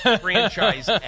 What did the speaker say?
franchise